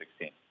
2016